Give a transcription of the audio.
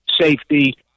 safety